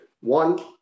One